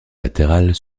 latérales